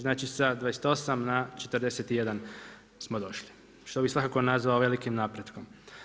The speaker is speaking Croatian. Znači sa 28 na 41 smo došli, što bi svakako nazvao velikim napretkom.